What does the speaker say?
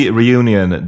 reunion